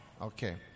Okay